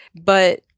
but-